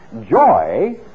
joy